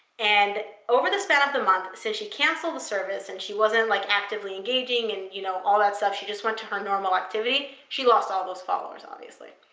and over the span of the month since she canceled the service and she wasn't like actively engaging and you know all that stuff, she just went to her normal activity, she lost all those followers, obviously.